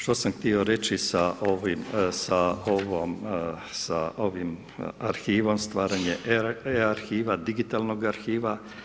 Što sam htio reći sa ovim arhivima, stvaranje e-arhiva, digitalnog arhiva?